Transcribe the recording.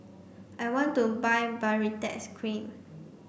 I want to buy Baritex Cream